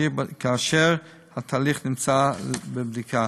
כאשר התהליך נמצא בבדיקה.